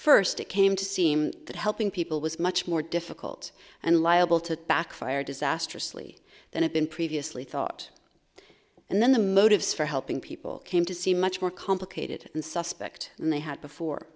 first it came to seem that helping people was much more difficult and liable to backfire disastrously than have been previously thought and then the motives for helping people came to see much more complicated and suspect and they had before